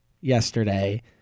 yesterday